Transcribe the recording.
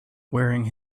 wearing